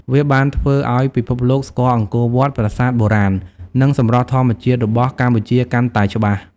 វាបានធ្វើឲ្យពិភពលោកស្គាល់អង្គរវត្ត ប្រាសាទបុរាណ និងសម្រស់ធម្មជាតិរបស់កម្ពុជាកាន់តែច្បាស់។